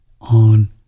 on